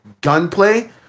gunplay